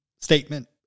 statement